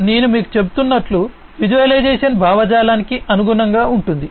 నేను మీకు చెబుతున్నట్లు విజువలైజేషన్ భావజాలానికి అనుగుణంగా ఉంటుంది